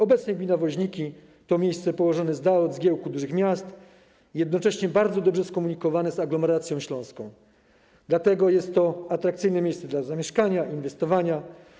Obecnie gmina Woźniki to miejsce położone z dala od zgiełku dużych miast i jednocześnie bardzo dobrze skomunikowane z aglomeracja śląską, dlatego jest to atrakcyjne miejsce do zamieszkania, inwestowania.